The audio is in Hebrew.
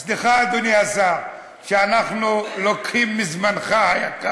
סליחה, אדוני השר, שאנחנו לוקחים מזמנך היקר.